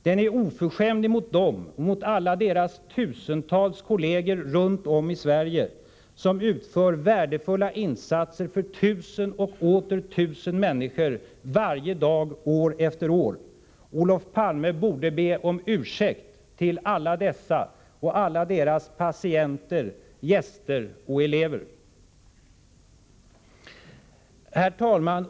Den är oförskämd emot dem och emot alla deras tusentals kolleger runt omi Sverige som utför värdefulla insatser för tusen och åter tusen människor varje dag, år efter år. Olof Palme borde be alla dessa och alla deras patienter, gäster och elever om ursäkt. Herr talman!